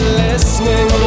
listening